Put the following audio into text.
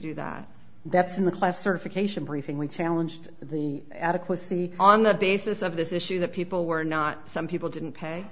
do that that's in the class certification briefing we challenged the adequacy on the basis of this issue that people were not some people didn't pay